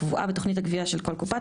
הקבועה בתכנית הגביה של כל קופה,